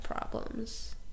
problems